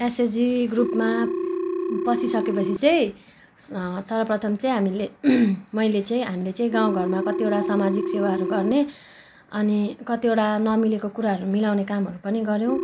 SHG ग्रुपमा पसिसकेपछि चाहिँ सर्वप्रथम चाहिँ मैले हामीले चाहिँ गाउँ घरमा कतिवटा सामाजिक सेवाहरू गर्ने अनि कतिवटा नमिलेको कुराहरू मिलाउने कामहरू पनि गऱ्यौँ